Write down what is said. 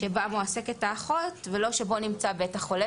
שבה מועסקת האחות, ולא שבו נמצא בית החולה.